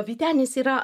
vytenis yra